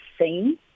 seen